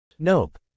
Nope